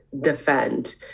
defend